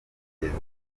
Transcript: kugeza